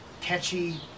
catchy